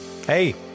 Hey